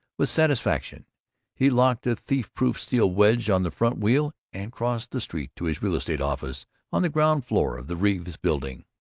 with satisfaction he locked a thief-proof steel wedge on the front wheel, and crossed the street to his real-estate office on the ground floor of the reeves building.